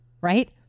right